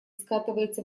скатывается